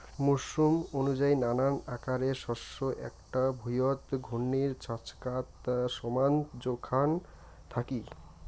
মরসুম অনুযায়ী নানান আকারের শস্য এ্যাকটা ভুঁইয়ত ঘূর্ণির ছচকাত সমান জোখন থাকি